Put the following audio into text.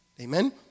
Amen